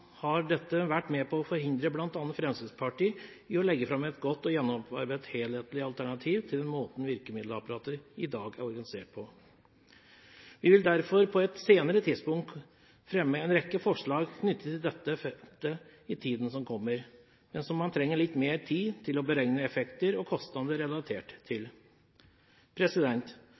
så dette har vært med på å forhindre bl.a. Fremskrittspartiet i å legge fram et godt og gjennomarbeidet helhetlig alternativ til den måten virkemiddelapparatet i dag er organisert på. Vi vil derfor på et senere tidspunkt fremme en rekke forslag knyttet til dette feltet i tiden som kommer, men som man trenger litt mer tid til å beregne effekter og kostnader relatert til.